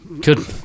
good